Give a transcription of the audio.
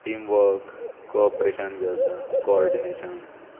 teamwork cooperation बी जाता coordination